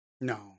No